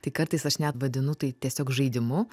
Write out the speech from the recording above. tai kartais aš net vadinu tai tiesiog žaidimu